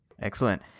excellent